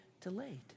delayed